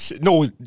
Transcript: No